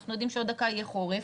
אנחנו יודעים שעוד דקה יהיה חורף,